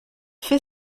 fait